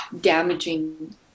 damaging